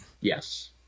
Yes